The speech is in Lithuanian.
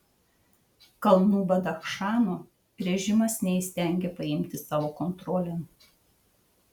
kalnų badachšano režimas neįstengia paimti savo kontrolėn